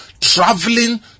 traveling